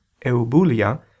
eubulia